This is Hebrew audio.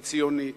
וציונית,